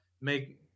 make